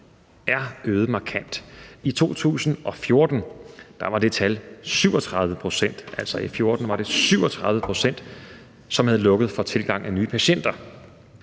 37 pct. Altså, i 2014 var det 37 pct., som havde lukket for tilgang af nye patienter.